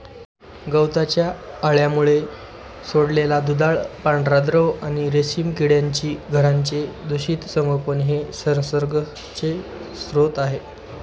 गवताच्या अळ्यांमुळे सोडलेला दुधाळ पांढरा द्रव आणि रेशीम किड्यांची घरांचे दूषित संगोपन हे संसर्गाचे स्रोत आहे